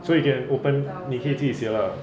so you can open 你可以自己写 lah